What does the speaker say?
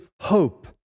hope